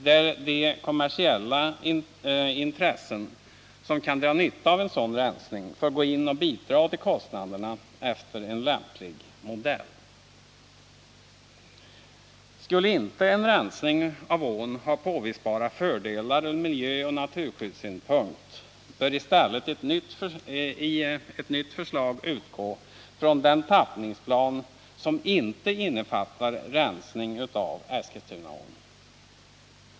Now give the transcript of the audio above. där de kommersiella intressen som kan dra nytta av en sådan rensning får gå in och bidra till kostnaderna efter en lämplig modell. Skulle en rensning av ån inte ha påvisbara fördelar från miljöoch naturskyddssynpunkt. bör i stället ett nytt förslag utgå från den tappningsplan som inte innefattar rensning av Eskilstunaån.